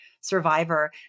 survivor